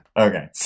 Okay